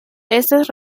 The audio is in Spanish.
estas